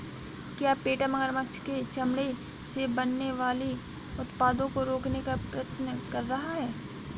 क्या पेटा मगरमच्छ के चमड़े से बनने वाले उत्पादों को रोकने का प्रयत्न कर रहा है?